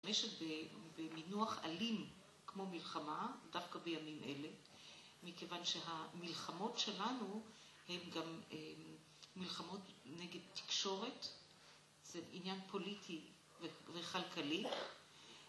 הממשל במינוח אלים כמו מלחמה, דווקא בימים אלה, מכיוון שהמלחמות שלנו הן גם מלחמות נגד תקשורת, זה עניין פוליטי וכלכלי.